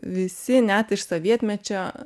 visi net iš sovietmečio